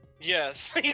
Yes